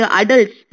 adults